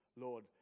Lord